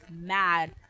mad